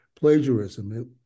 plagiarism